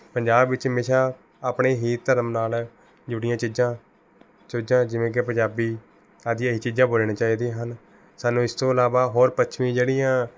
ਪੰਜਾਬ ਵਿੱਚ ਹਮੇਸ਼ਾ ਆਪਣੇ ਹੀ ਧਰਮ ਨਾਲ ਜੁੜੀਆਂ ਚੀਜ਼ਾਂ ਚੀਜ਼ਾਂ ਜਿਵੇਂ ਕਿ ਪੰਜਾਬੀ ਅਜਿਹੀ ਚੀਜ਼ਾਂ ਬੋਲਣੀਆ ਚਾਹੀਦੀਆਂ ਹਨ ਸਾਨੂੰ ਇਸ ਤੋਂ ਇਲਾਵਾ ਹੋਰ ਪੱਛਮੀ ਜਿਹੜੀਆਂ